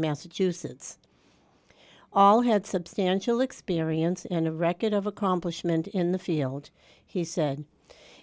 massachusetts all had substantial experience and a record of accomplishment in the field he said